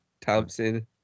Thompson